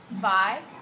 five